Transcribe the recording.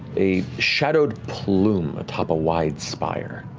a shadowed plume atop a wide spire.